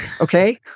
Okay